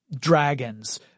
dragons